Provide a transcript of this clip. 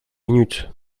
minutes